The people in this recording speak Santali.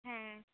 ᱦᱮᱸ